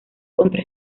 contra